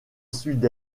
sud